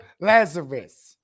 Lazarus